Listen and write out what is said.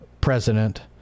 President